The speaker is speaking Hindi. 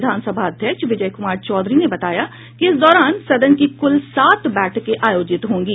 विधानसभा अध्यक्ष विजय कुमार चौधरी ने बताया कि इस दौरान सदन की कुल सात बैठकें आयोजित होंगे